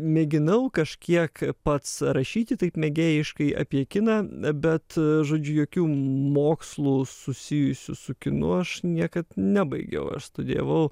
mėginau kažkiek pats rašyti taip mėgėjiškai apie kiną bet žodžiu jokių mokslų susijusių su kinu aš niekad nebaigiau aš studijavau